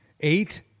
Eight